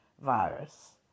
virus